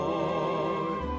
Lord